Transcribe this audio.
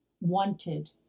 wanted